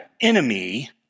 enemy